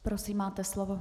Prosím, máte slovo.